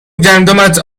گندمت